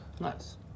Nice